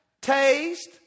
taste